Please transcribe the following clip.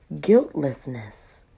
guiltlessness